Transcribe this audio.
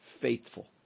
faithful